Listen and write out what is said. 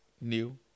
new